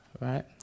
right